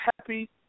Happy